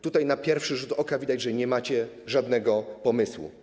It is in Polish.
Tutaj na pierwszy rzut oka widać, że nie macie żadnego pomysłu.